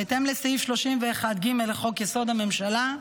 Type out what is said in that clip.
בהתאם לסעיף 31(ג) לחוק-יסוד: הממשלה,